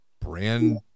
brand